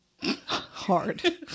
Hard